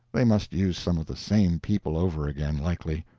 they must use some of the same people over again, likely.